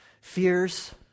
fears